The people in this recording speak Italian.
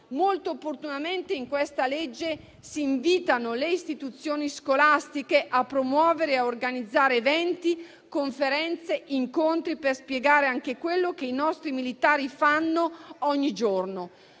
Molto opportunamente in questa legge si invitano le istituzioni scolastiche a promuovere e a organizzare eventi, conferenze e incontri per spiegare quello che i nostri militari fanno ogni giorno,